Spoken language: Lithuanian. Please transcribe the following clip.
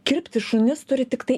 kirpti šunis turi tiktai